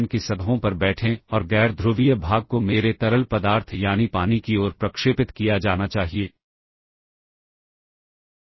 तो यह संभव है तो इस तरह से हम कुछ मेमोरी लोकेशन प्राप्त कर सकते हैं और उस ऑपरेशन को कर सकते हैं